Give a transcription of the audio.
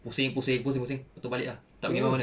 pusing pusing pusing pusing pusing pastu balik ah tak gi mana-mana